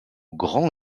grand